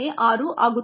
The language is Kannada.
06 ಆಗುತ್ತದೆ